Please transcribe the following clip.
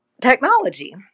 technology